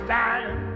time